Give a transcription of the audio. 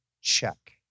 check